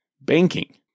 banking